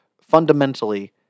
fundamentally